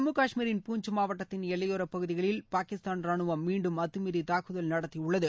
ஜம்மு கஷ்மீரின் பூஞ்ச் மாவட்டத்தின் எல்லையோர பகுதிகளில் பாகிஸ்தான் ராணுவம் மீண்டும் அத்துமீறி தாக்குதல் நடத்தியுள்ளது